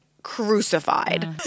crucified